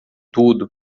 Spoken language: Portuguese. tudo